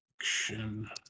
action